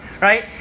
right